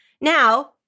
Now-